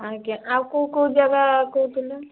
ଆଜ୍ଞା ଆଉ କେଉଁ କେଉଁ ଜାଗା କହୁଥିଲେ